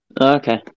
Okay